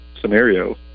scenario